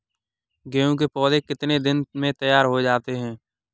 गेहूँ के पौधे कितने दिन में तैयार हो जाते हैं?